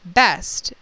best